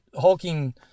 hulking